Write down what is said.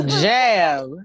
jam